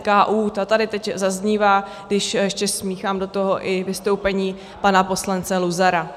To tady teď zaznívá, když ještě smíchám do toho i vystoupení pana poslance Luzara.